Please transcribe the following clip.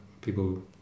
people